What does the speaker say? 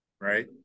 right